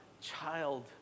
child